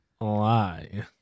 lie